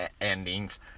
endings